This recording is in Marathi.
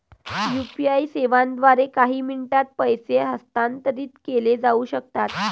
यू.पी.आई सेवांद्वारे काही मिनिटांत पैसे हस्तांतरित केले जाऊ शकतात